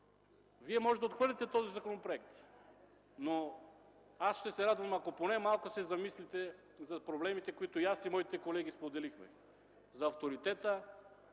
Вие може да отхвърлите този законопроект, но аз ще се радвам, ако поне малко се замислите за проблемите, които аз и моите колеги споделихме – за авторитета,